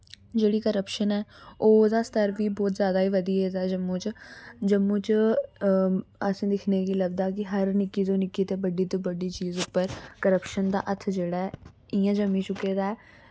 जेह्ड़ी करप्शन ऐ ओ उ'दा स्तर वी बोह्त जैदा ही बधी गेदा जम्मू च जम्मू च अस दिक्खने गी लब्दा कि हर निक्की तो निक्की ते बड्डी तो बड्डी चीज उप्पर करप्शन दा हत्थ जेह्ड़ा ऐ इयां जम्मी चुके दा ऐ